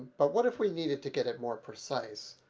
but what if we needed to get it more precise?